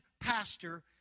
pastor